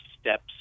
steps